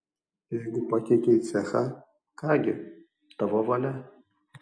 jeigu pakeitei cechą ką gi tavo valia